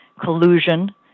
collusion